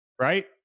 right